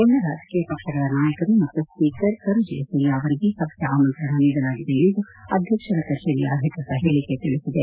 ಎಲ್ಲಾ ರಾಜಕೀಯ ಪಕ್ಷಗಳ ನಾಯಕರು ಮತ್ತು ಸ್ವೀಕರ್ ಕರುಜಯಸೂರ್ಯ ಅವರಿಗೆ ಸಭೆಯ ಆಮಂತ್ರಣ ನೀಡಲಾಗಿದೆ ಎಂದು ಅಧ್ಯಕ್ಷರ ಕಚೇರಿಯ ಅಧಿಕೃತ ಹೇಳಿಕೆ ತಿಳಿಸಿದೆ